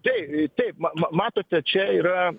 tai taip ma matote čia yra